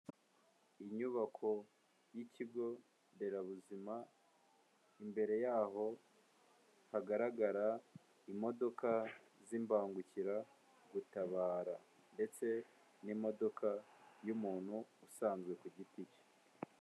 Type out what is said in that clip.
Inyubako y'ikigo nderabuzima imbere y'aho hagaragara imodoka z'imbangukiragutabara ndetse n'imodoka y'umuntu usanzwe ku giti cye.